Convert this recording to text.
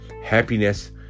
happiness